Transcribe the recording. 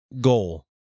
Goal